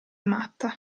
matta